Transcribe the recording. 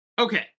Okay